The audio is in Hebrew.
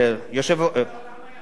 כל העולם היה